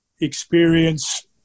experience